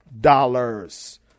dollars